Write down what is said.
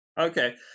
Okay